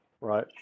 right